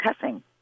cussing